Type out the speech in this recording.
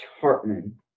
Hartman